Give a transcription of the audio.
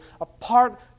apart